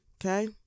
okay